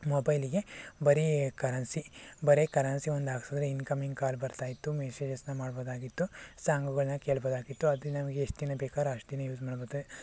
ಮೊಬೈಲಿಗೆ ಬರೀ ಕರೆನ್ಸಿ ಬರೀ ಕರೆನ್ಸಿ ಒಂದು ಹಾಕ್ಸಿದ್ರೆ ಇನ್ಕಮಿಂಗ್ ಕಾಲ್ ಬರ್ತಾ ಇತ್ತು ಮೆಸೇಜಸ್ಸನ್ನ ಮಾಡ್ಬೋದಾಗಿತ್ತು ಸಾಂಗುಗಳನ್ನ ಕೇಳ್ಬೋದಾಗಿತ್ತು ಅದು ನಮಗೆ ಎಷ್ಟು ದಿನ ಬೇಕಾದ್ರೂ ಅಷ್ಟು ದಿನ ಯೂಸ್ ಮಾಡ್ಬೋದಾಗಿತ್ತು